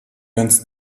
ganz